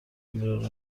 امرار